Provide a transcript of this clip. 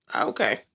Okay